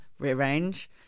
rearrange